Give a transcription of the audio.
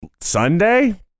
Sunday